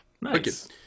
Nice